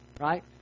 right